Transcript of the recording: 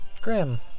grim